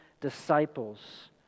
disciples